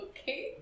Okay